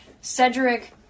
Cedric